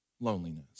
loneliness